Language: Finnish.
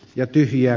ja tyhjää